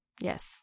Yes